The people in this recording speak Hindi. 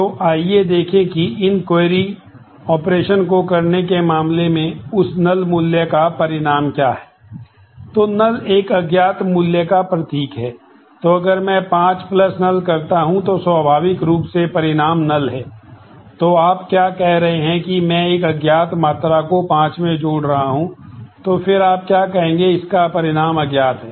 तो आइए देखें कि इन क्वेरी ऑपरेशन द्वारा किया जाता है